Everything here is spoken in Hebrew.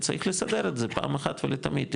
צריך לסדר את זה פעם אחת ולתמיד,